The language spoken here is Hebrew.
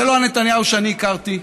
זה לא נתניהו שאני הכרתי,